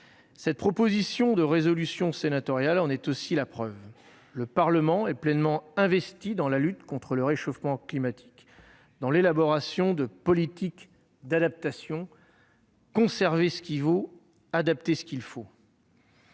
Cette proposition de résolution sénatoriale en est aussi la preuve. Le Parlement est pleinement investi dans la lutte contre le réchauffement climatique, notamment au travers de l'élaboration de politiques d'adaptation : nous devons « conserver ce qui vaut et adapter ce qu'il faut.